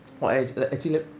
!wah! ac~ like actually